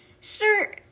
sir